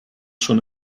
schon